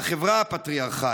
והחברה הפטריארכלית.